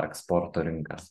eksporto rinkas